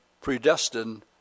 predestined